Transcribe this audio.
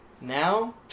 now